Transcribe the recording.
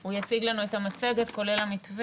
הוא יציג לנו את המצגת, כולל המתווה.